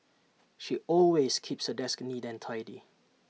she always keeps her desk neat and tidy